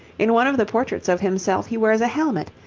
in one of the portraits of himself he wears a helmet,